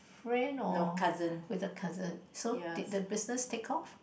friend or with the cousin so did the business take off